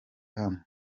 hano